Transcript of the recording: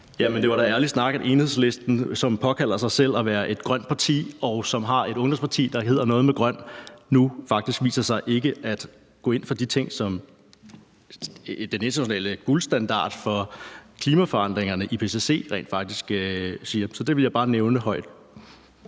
det var da ærlig snak. Enhedslisten, som kalder sig selv et grønt parti, og som har et ungdomsparti, der hedder noget med grøn, viser sig nu faktisk ikke at gå ind for de ting, som den internationale guldstandard for klimaforandringerne, IPCC, rent faktisk siger. Det vil jeg bare nævne højt.